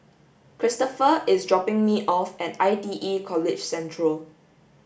Christoper is dropping me off at I T E College Central